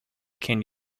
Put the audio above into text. can